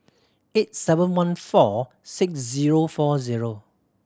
eight seven one four six zero four zero